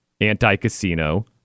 anti-casino